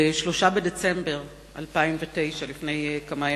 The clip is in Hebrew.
ב-3 בדצמבר 2009, לפני כמה ימים,